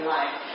life